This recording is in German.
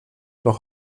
doch